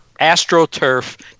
AstroTurf